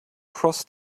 cross